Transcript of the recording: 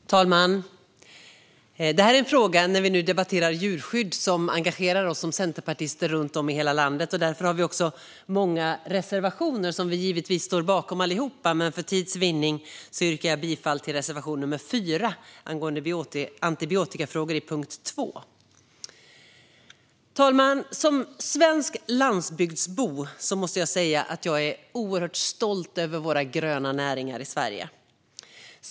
Fru talman! Djurskydd är en fråga som engagerar oss centerpartister runt om i hela landet. Därför har vi många reservationer som vi givetvis står bakom. Men för tids vinnande yrkar jag bifall endast till reservation 4 om antibiotikafrågor - punkt 2. Fru talman! Som svensk landsbygdsbo måste jag säga att jag är oerhört stolt över våra gröna näringar i Sverige.